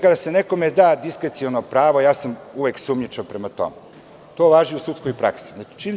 Kada se nekome da diskreciono pravo, a ja sam uvek sumnjičav prema tome, a to važi u sudskoj praksi.